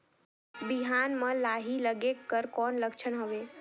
बिहान म लाही लगेक कर कौन लक्षण हवे?